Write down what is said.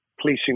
policing